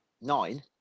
Nine